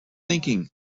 thinking